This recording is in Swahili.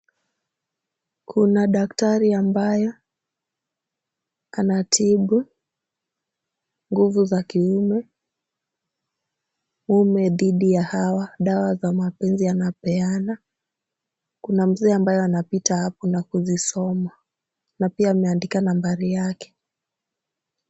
Kuna daktari ambayo anatibu nguvu za kiume, mume dhidi ya hawa, dawa za mapenzi anapeana. Kuna mzee ambayo anapita hapo na kuzisoma na pia ameandika nambari yake.